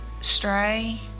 Stray